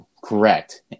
correct